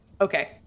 okay